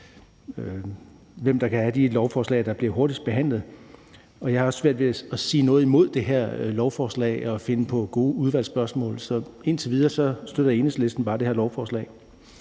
hvem der kan have de lovforslag, der bliver hurtigst behandlet. Jeg har også svært ved at sige noget imod det her lovforslag og finde på gode udvalgsspørgsmål, så indtil videre støtter Enhedslisten bare det her lovforslag.